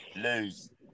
Lose